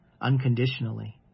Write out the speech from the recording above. unconditionally